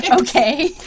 Okay